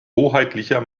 hoheitlicher